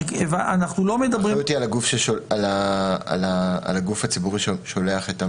האחריות היא על הגוף הציבורי ששולח.